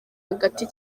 hagati